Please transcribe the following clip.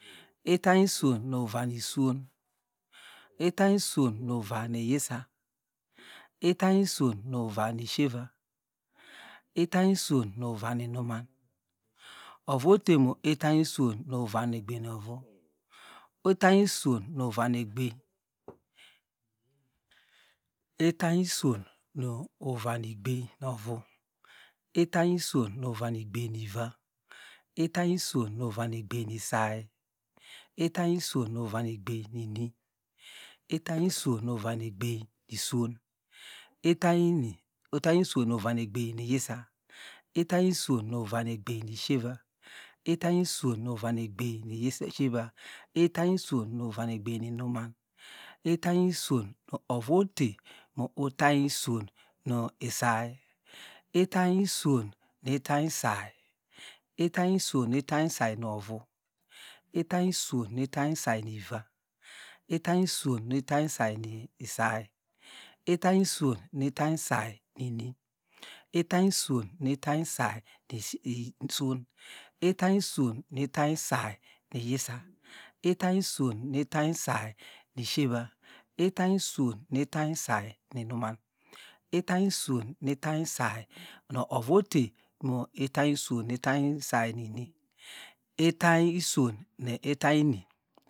Itany iswon nu vani swon itany iswon nu uva ni uyisa itany iswon nuva nishieva itany iswon nu uva nu inuman ovu ote mu itany iswon nuva egbeniovu itany iswon nuva nugbein nu iva itany iswon nuva negbein isay itany iswon nuva nugbein nu ini itany iswon nuva nugbein nu uswon itany iswon nu na nu egbein nu iyisa itany iswon nu uva negbein mishieva itany iswon nuva nugbein nu ishieva uvanu egbein nu inunem itany iswon ovu ote nu itany swon nu isay itany iswon nu itany isay itany eswon nu itany isay no vu itany iswon nu itany isay niva itany iswon nu itany isay nu isay itany iswon nu itany isainu ini itany iswon nu itany nu itany isay iswon itany iswon nu itany isay nu iyisa itany iswon nu itany isay nu shieva itany iswon nu itany isay nu inuman itany swon nu itany isay nu imiman itany swon nu itany isay nu ovu ote nw itany iswon nu itany isay ni ini itany swon nu itany ini.